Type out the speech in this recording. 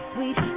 Sweet